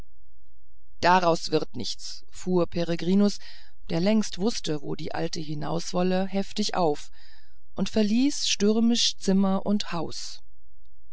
daraus wird nichts fuhr peregrinus der längst wußte wo die alte hinauswollte heftig auf und verließ stürmisch zimmer und haus